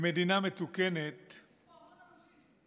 במדינה מתוקנת, יש פה הרבה אנשים.